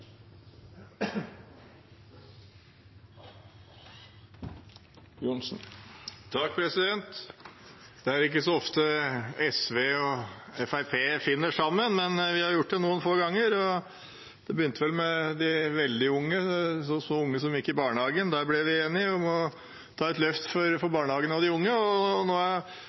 finner sammen, men vi har gjort det noen få ganger. Det begynte med de veldig unge, små unger som gikk i barnehagen. Der ble vi enige om å ta et løft for barnehagene og ungene. Nå har vi vært enige flere ganger om å ta et løft for pensjonister, for minstepensjonister, og øke pensjonene. Igjen finner vi nå